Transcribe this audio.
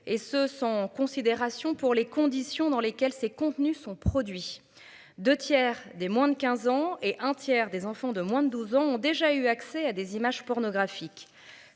et ce, sans considération pour les conditions dans lesquelles ces contenus sont produits. 2 tiers des moins de 15 ans et un tiers des enfants de moins de 12 ans ont déjà eu accès à des images pornographiques